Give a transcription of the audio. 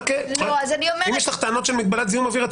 אם יש לך טענות של מגבלת זיהום אוויר,